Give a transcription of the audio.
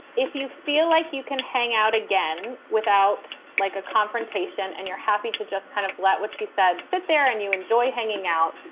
if you feel like you can hang out again without, like a confrontation and you're happy to just kind of let what she said, sit there and you enjoy hanging out,